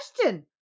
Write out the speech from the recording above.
question